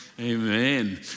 amen